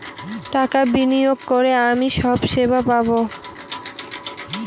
টাকা বিনিয়োগ করে সব সেবা আমি পাবো